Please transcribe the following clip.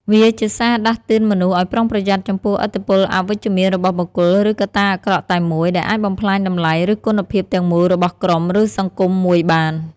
វាជាសារដាស់តឿនមនុស្សឲ្យប្រុងប្រយ័ត្នចំពោះ ឥទ្ធិពលអវិជ្ជមាន របស់បុគ្គល ឬកត្តាអាក្រក់តែមួយ ដែលអាចបំផ្លាញតម្លៃ ឬគុណភាពទាំងមូលរបស់ក្រុម ឬសង្គមមួយបាន។